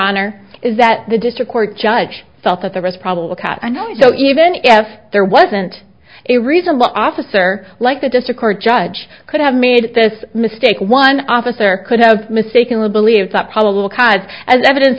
honor is that the district court judge felt that there was probable cause another so even if there wasn't a reason why officer like the district court judge could have made this mistake one officer could have mistakenly believed that probable cause as evidence